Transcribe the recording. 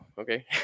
okay